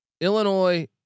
Illinois